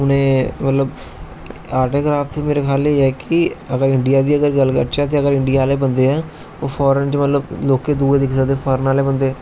हून ऐ आर्ट एडं कराफट खाली ऐ है कि इडिया दी गल्ल करचै ते इडिया आहले बंदे ओह् फार्न च मतलब दुऐ दिक्खी सकदे